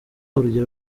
urugero